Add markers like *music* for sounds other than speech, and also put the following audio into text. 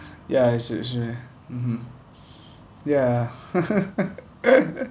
ya I see I see mmhmm ya *laughs*